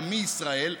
עמי ישראל.